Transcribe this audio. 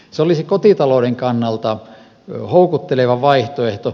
se olisi kotitalouden kannalta houkutteleva vaihtoehto